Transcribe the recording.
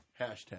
Hashtag